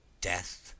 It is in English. death